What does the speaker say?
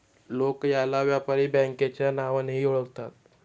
लोक याला व्यापारी बँकेच्या नावानेही ओळखतात